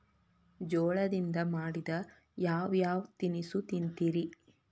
ಜೋಳದಿಂದ ಮಾಡಿದ ಯಾವ್ ಯಾವ್ ತಿನಸು ತಿಂತಿರಿ?